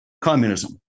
communism